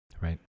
Right